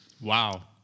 Wow